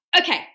Okay